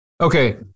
Okay